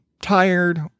tired